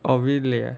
oh really ah